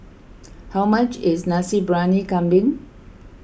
how much is Nasi Briyani Kambing